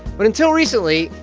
but until recently,